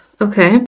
Okay